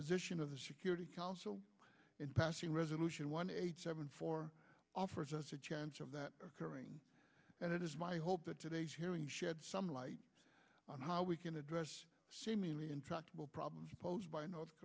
position of the security council in passing resolution one eighty seven four offers us a chance of that occurring and it is my hope that today's hearing shed some light on how we can address seemingly intractable problems posed by north